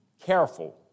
careful